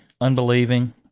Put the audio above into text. unbelieving